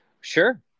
Sure